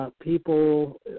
people